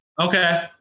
Okay